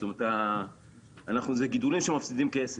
זאת אומרת זה גידולים שמפסידים כסף.